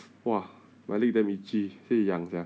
!wah! my leg damn itchy 非常痒 sia